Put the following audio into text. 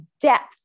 depth